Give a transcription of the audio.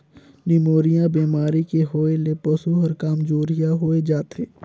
pneumonia बेमारी के होय ले पसु हर कामजोरिहा होय जाथे